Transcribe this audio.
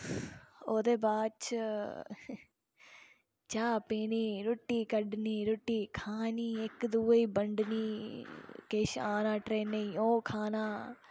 ओह्दे बाद च चाह् पीनी रुट्टी कड्डनी रुट्टी खानी इक दुऐ गी बंड्डनी किश आना ट्रेनै ओह् खाना